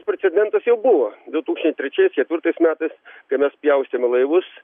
precedentas jau buvo du tūkstančiai trečiais ketvirtais metais kai mes pjaustėme laivus